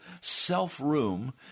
self-room